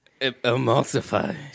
emulsify